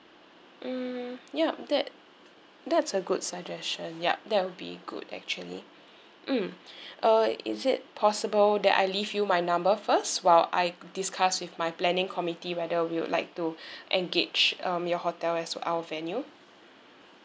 mm ya that that's a good suggestion yup that would be good actually mm uh is it possible that I leave you my number first while I discuss with my planning committee whether we would like to engage um your hotel as our venue